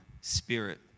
Spirit